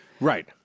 Right